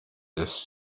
ist